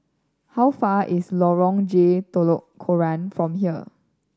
how far is Lorong J Telok Kurau from here